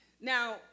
Now